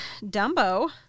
Dumbo